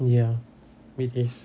ya previous